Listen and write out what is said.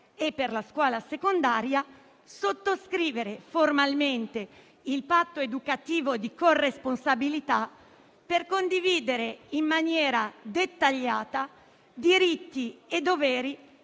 e, per la scuola secondaria, sottoscrivere formalmente il patto educativo di corresponsabilità per condividere in maniera dettagliata diritti e doveri